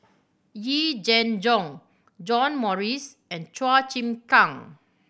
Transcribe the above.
Yee Jenn Jong John Morrice and Chua Chim Kang